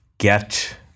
get